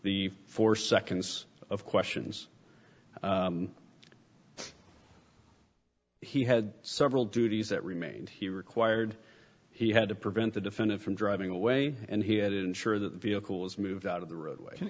the four seconds of questions he had several duties that remained he required he had to prevent the defendant from driving away and he had ensure that vehicles moved out of the roadway